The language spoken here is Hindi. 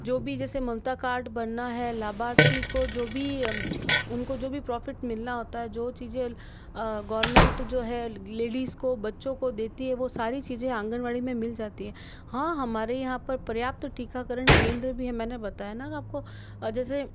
जो भी जैसे ममता कार्ड बनना है लाभार्थी को जो भी उन को जो भी प्रॉफिट मिलना होता है जो चीज़ें गवर्नमेंट जो है लेडिस को बच्चों को देती है वो सारी चीज़ें आंगनवाड़ी में मिल जाती है हाँ हमारे यहाँ पर पर्याप्त टीकाकरण केंद्र भी हैं मैंने बताया ना आप को जैसे